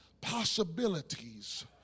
possibilities